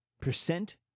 percent